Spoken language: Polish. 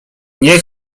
nie